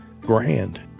grand